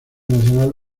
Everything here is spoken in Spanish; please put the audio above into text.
nacional